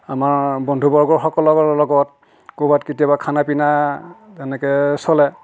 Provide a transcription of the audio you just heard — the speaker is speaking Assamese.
আমাৰ বন্ধু বৰ্গসকলৰ লগত কৰ'বাত কেতিয়াবা খানা পিনা তেনেকৈ চলে